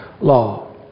law